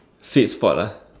sweet spot lah